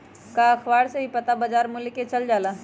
का अखबार से भी बजार मूल्य के पता चल जाला?